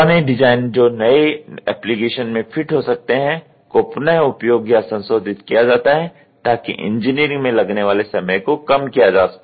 पुराने डिज़ाइन जो नए एप्लिकेशन में फिट हो सकते हैं को पुन उपयोग या संशोधित किया जाता है ताकि इंजीनियरिंग में लगने वाले समय को कम किया जा सके